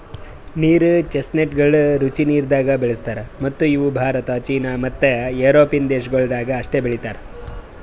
ನೀರು ಚೆಸ್ಟ್ನಟಗೊಳ್ ರುಚಿ ನೀರದಾಗ್ ಬೆಳುಸ್ತಾರ್ ಮತ್ತ ಇವು ಭಾರತ, ಚೀನಾ ಮತ್ತ್ ಯುರೋಪಿಯನ್ ದೇಶಗೊಳ್ದಾಗ್ ಅಷ್ಟೆ ಬೆಳೀತಾರ್